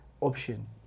option